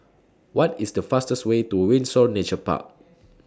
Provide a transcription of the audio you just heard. What IS The fastest Way to Windsor Nature Park